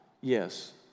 Yes